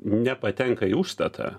nepatenka į užstatą